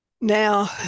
Now